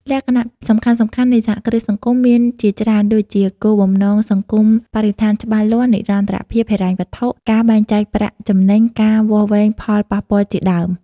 លក្ខណៈសំខាន់ៗនៃសហគ្រាសសង្គមមានជាច្រើនដូចជា គោលបំណងសង្គមបរិស្ថានច្បាស់លាស់ និរន្តរភាពហិរញ្ញវត្ថុ ការបែងចែកប្រាក់ចំណេញ ការវាស់វែងផលប៉ះពាល់ជាដើម ។